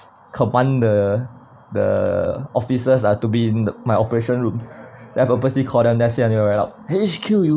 command the the officers are to be in the my operation room then I purposely call them then I say very loud eh H_Q you